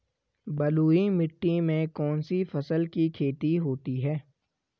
बलुई मिट्टी में कौनसी फसल की खेती होती है?